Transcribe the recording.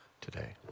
today